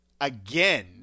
again